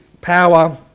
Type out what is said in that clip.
power